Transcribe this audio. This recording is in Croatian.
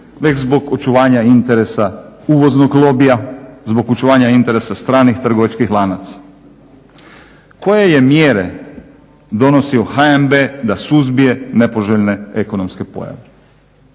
nego zbog očuvanja interesa uvoznog lobija, zbog očuvanja interesa stranih trgovačkih lanaca. Koje je mjere donosio HNB da suzbije nepoželjne ekonomske pojave?